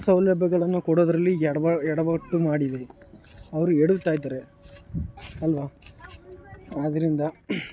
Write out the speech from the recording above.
ಸೌಲಭ್ಯಗಳನ್ನು ಕೊಡೋದರಲ್ಲಿ ಎಡ್ವ ಎಡವಟ್ಟು ಮಾಡಿದೆ ಅವರು ಎಡವ್ತಾಯಿದ್ದಾರೆ ಅಲ್ವ ಆದ್ದರಿಂದ